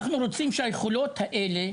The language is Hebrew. אנחנו רוצים שהיכולות האלה,